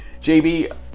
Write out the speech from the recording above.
JB